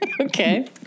Okay